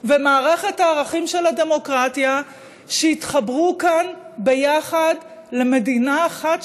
ומערכת הערכים של הדמוקרטיה שהתחברו כאן יחד למדינה אחת,